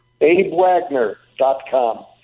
AbeWagner.com